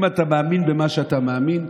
אם אתה מאמין במה שאתה מאמין,